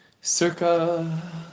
circa